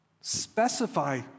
specify